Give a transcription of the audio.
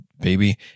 baby